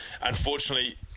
unfortunately